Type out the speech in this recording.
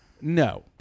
No